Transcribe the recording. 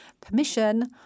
permission